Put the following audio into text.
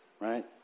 Right